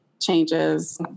changes